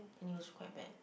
and it was quite bad